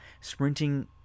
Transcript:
sprinting